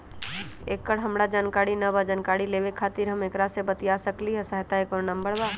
एकर हमरा जानकारी न बा जानकारी लेवे के खातिर हम केकरा से बातिया सकली ह सहायता के कोनो नंबर बा?